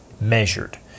measured